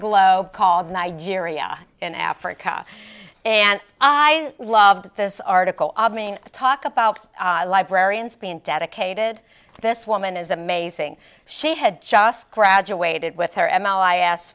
globe called nigeria in africa and i loved this article i mean talk about librarians being dedicated this woman is amazing she had just graduated with her